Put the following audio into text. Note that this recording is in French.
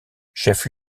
chef